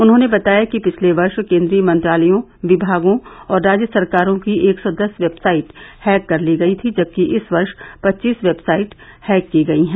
उन्होंने बताया कि पिछले वर्ष केन्द्रीय मंत्रालयों विभागों और राज्य सरकारों की एक सौ दस वेबसाइट हैक कर ली गई थी जबकि इस वर्ष पचीस वेबसाइट हैक की गई हैं